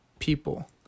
people